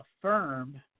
affirm